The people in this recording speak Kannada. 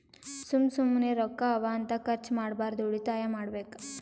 ಸುಮ್ಮ ಸುಮ್ಮನೆ ರೊಕ್ಕಾ ಅವಾ ಅಂತ ಖರ್ಚ ಮಾಡ್ಬಾರ್ದು ಉಳಿತಾಯ ಮಾಡ್ಬೇಕ್